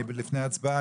אנחנו לפני הצבעה,